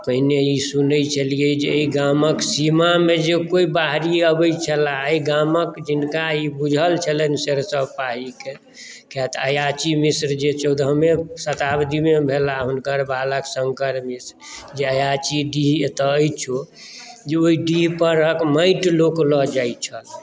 आ पहिने ई सुनै छलियै जे एहि गामक सीमामे जे केओ बाहरी अबै छलाह एहि गामक जिनका ई बुझल छलनि सरसोपाहीके कियातऽ आयाची मिश्र जे चौदहवे शताब्दीमे भेलाह हुनकर बालक शङ्कर मिश्र जे आयाची डीह एतय अछिओ जे ओहि डीहक माटि लोक लऽ जाइत छल